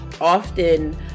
often